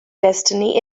destiny